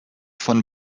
von